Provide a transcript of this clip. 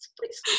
please